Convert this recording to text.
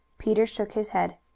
peter shook his head.